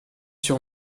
sur